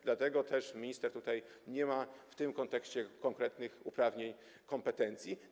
Dlatego też minister nie ma w tym kontekście konkretnych uprawnień, kompetencji.